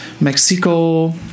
Mexico